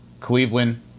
Cleveland